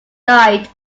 died